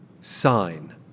sign